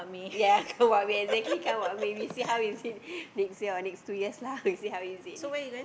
ya we exactly count what when we see how is it next year or next two years lah we see how is it